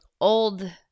Old